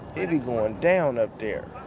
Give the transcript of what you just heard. it it and down up there.